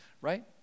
Right